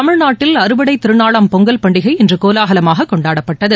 தமிழ்நாட்டில் அறுவடை திருநாளாம் பொங்கல் பண்டிகை இன்று கோலாகலமாக கொண்டாடப்பட்டது